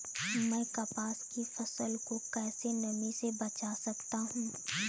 मैं कपास की फसल को कैसे नमी से बचा सकता हूँ?